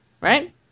right